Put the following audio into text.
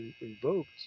invoked